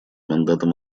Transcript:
мандатом